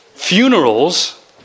Funerals